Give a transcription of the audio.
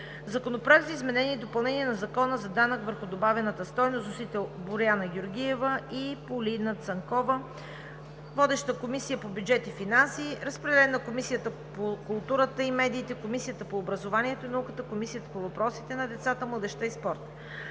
Законопроект за изменение и допълнение на Закона за данък върху добавената стойност. Вносители: Боряна Георгиева и Полина Цанкова. Водеща е Комисията по бюджет и финанси. Разпределен е на Комисията по културата и медиите, Комисията по образованието и науката, Комисията по въпросите на децата, младежта и спорта.